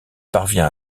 parvient